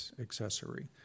accessory